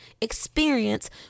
experience